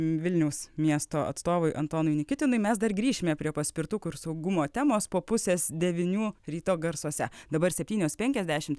vilniaus miesto atstovui antonui nikitinui mes dar grįšime prie paspirtukų ir saugumo temos po pusės devynių ryto garsuose dabar septynios penkiasdešimt